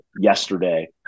yesterday